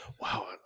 Wow